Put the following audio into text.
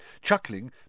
Chuckling